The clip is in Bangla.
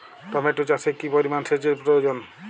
টমেটো চাষে কি পরিমান সেচের প্রয়োজন?